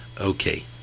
Okay